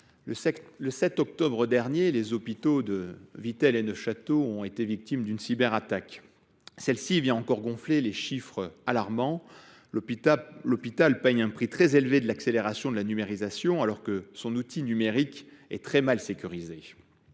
Le 7 octobre dernier, les hôpitaux de Vittel et de Neufchâteau ont été victimes d’une cyberattaque. Celle ci vient gonfler des chiffres déjà alarmants : l’hôpital paie un prix très élevé pour l’accélération de la numérisation, alors que son outil numérique est mal sécurisé.